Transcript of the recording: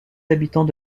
habitants